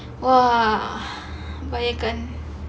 !wah! bayangkan